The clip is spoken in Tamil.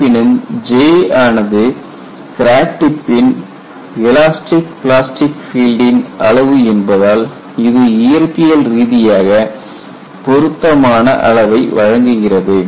இருப்பினும் J ஆனது கிராக் டிப்பின் எலாஸ்டிக் பிளாஸ்டிக் ஃபீல்டின் அளவு என்பதால் இது இயற்பியல் ரீதியாக பொருத்தமான அளவை வழங்குகிறது